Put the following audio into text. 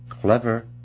clever